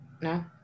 No